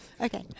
Okay